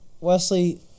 Wesley